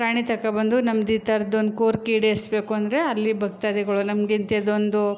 ಪ್ರಾಣಿ ತಗೊ ಬಂದು ನಮ್ದು ಈ ಥರದ ಒಂದು ಕೋರಿಕೆ ಈಡೇರಿಸ್ಬೇಕು ಅಂದರೆ ಅಲ್ಲಿ ಭಕ್ತಾದಿಗಳು ನಮ್ಗಿಂಥದ್ದೊಂದು